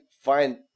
find